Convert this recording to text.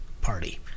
party